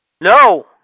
No